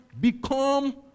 become